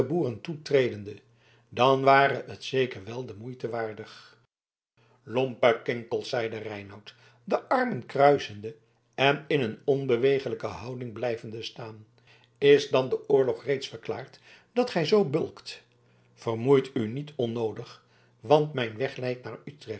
boeren toetredende dan ware het zeker wel de moeite waardig lompe kinkels zeide reinout de armen kruisende en in een onbeweeglijke houding blijvende staan is dan de oorlog reeds verklaard dat gij zoo bulkt vermoeit u niet onnoodig want mijn weg leidt naar utrecht